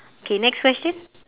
K next question